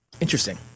interesting